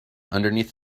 underneath